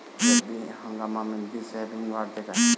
रब्बी हंगामामंदी सोयाबीन वाढते काय?